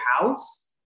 house